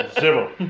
Zero